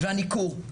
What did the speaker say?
הניכור.